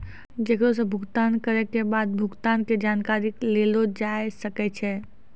चेको से भुगतान करै के बाद भुगतान के जानकारी लेलो जाय सकै छै